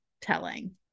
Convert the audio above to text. telling